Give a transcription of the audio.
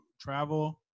travel